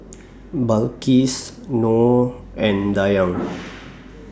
Balqis Nor and Dayang